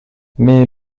mais